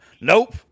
Nope